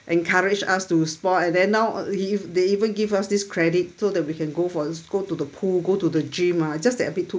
encourage us to sport and then now ev~ they even give us this credit so that we can go for the s~ go to the pool go to the gym ah just that a bit too